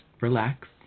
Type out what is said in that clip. relax